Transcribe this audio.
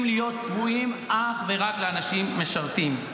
להיות צבועים אך ורק לאנשים משרתים.